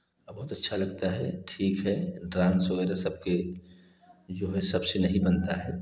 आ बहुत अच्छा लगता है ठीक है डांस वगेरह सबके जो है सबसे नहीं बनता है